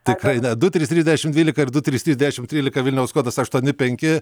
tikrai ne du trys trys dešimt dvylika ir du trys trys dešimt trylika vilniaus kodas aštuoni penki